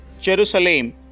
Jerusalem